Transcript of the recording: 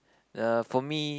the for me